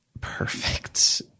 perfect